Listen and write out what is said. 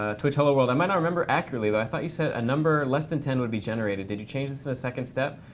ah twitch hello world, i might not remember accurately, but i thought you said a number less than ten would be generated. did you change this in the second step?